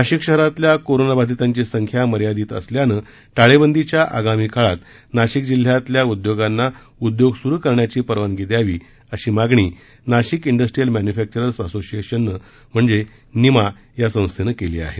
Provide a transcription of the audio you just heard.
नाशिक शहरातल्या कोरोना बधितांची संख्या मर्यादित असल्यानं टाळेबंदीच्या आगामी काळात नाशिक जिल्ह्यातल्या उद्योगांना उद्योग सुरू करण्याची परवानगी द्यावी अशी मागणी नाशिक डिस्ट्रीयल मॅन्युफॅक्चरर्स असोसिएशनने म्हणजे निमा या संस्थेनं केली आहे